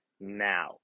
now